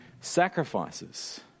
sacrifices